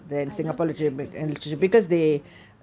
I love american literature actually ya